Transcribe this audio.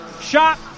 Shot